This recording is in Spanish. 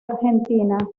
argentina